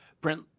Brent